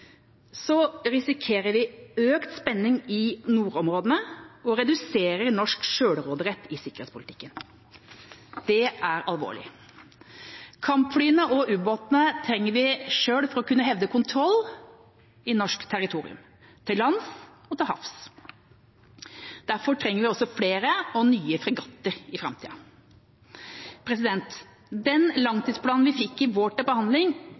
risikerer vi økt spenning i nordområdene og redusert norsk selvråderett i sikkerhetspolitikken. Det er alvorlig. Kampflyene og ubåtene trenger vi selv for å kunne hevde kontroll over norsk territorium, til lands og til havs. Derfor trenger vi også flere og nye fregatter i framtida. Den langtidsplanen vi fikk i vår til behandling,